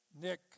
Nick